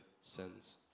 sins